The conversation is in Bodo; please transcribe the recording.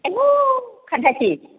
आयौ खान्थासि